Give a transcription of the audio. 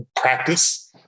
practice